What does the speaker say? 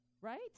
right